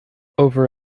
over